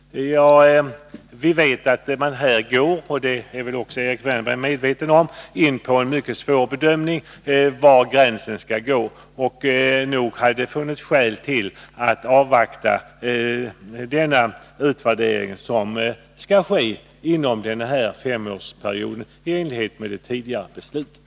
Vi vet — och det är säkert också Erik Wärnberg medveten om — att man här ger sig in på en mycket svår bedömning av var gränsen skall gå. Nog hade det funnits skäl att avvakta den utvärdering som skall ske efter femårsperioden i enlighet med det tidigare beslutet.